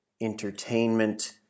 entertainment